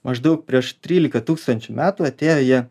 maždaug prieš trylika tūkstančių metų atėjo jie